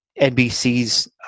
NBC's